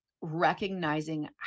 recognizing